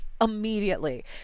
immediately